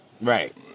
Right